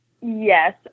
Yes